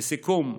לסיכום,